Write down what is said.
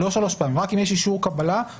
לא שלוש פעמים אלא רק אם יש אישור קבלה או חיווי.